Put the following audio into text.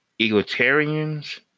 egalitarians